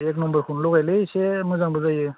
एक नम्बरखौनो लगायलै एसे मोजांबो जायो